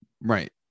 Right